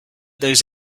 those